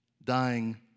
dying